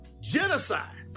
Genocide